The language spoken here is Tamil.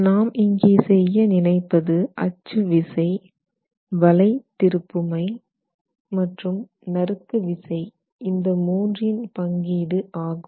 நாம் இங்கே செய்ய நினைப்பது அச்சு விசை வளை திருப்புமை மற்றும் நறுக்கு விசை இந்த மூன்றின் பங்கீடு ஆகும்